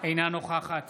אינה נוכחת